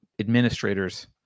Administrators